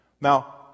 Now